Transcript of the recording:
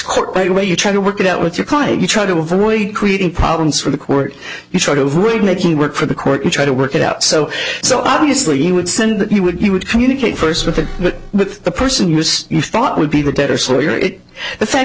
court right away you try to work it out with your client you try to avoid creating problems for the court you try to avoid making work for the court you try to work it out so so obviously he would send that he would he would communicate first with it but with the person you thought would be the